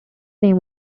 name